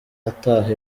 ataha